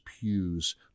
pews